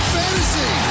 fantasy